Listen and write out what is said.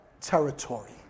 territory